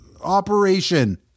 operation